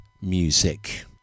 music